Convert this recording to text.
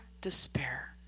despair